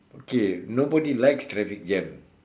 okay nobody likes traffic jam